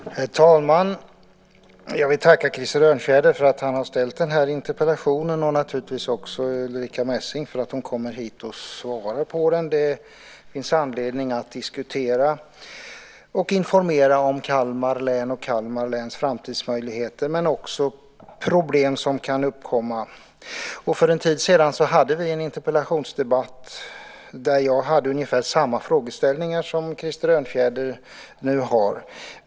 Herr talman! Jag vill tacka Krister Örnfjäder för att han har ställt den här interpellationen och naturligtvis även Ulrica Messing för att hon kommer hit och svarar på den. Det finns anledning att diskutera och informera om Kalmar län och Kalmar läns framtidsmöjligheter men också problem som kan uppkomma. För en tid sedan hade vi en interpellationsdebatt där jag hade ungefär samma frågeställningar som Krister Örnfjäder nu har.